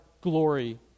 glory